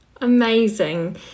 Amazing